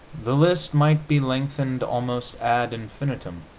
the list might be lengthened almost ad infinitum.